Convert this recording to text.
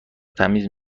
تمیز